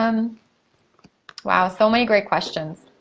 um wow, so many great questions.